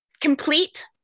complete